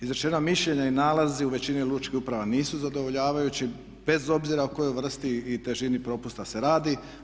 Izrečena mišljenja i nalazi u većini lučkih uprava nisu zadovoljavajući bez obzira o kojoj vrsti i težini propusta se radi.